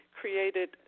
created